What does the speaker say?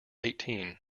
eighteen